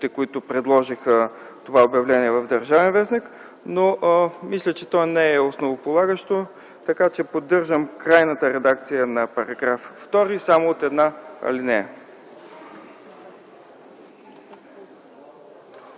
които предложиха това обявление в „Държавен вестник”, но мисля, че то не е основополагащо. Така че поддържам крайната редакция на § 2 само от една алинея.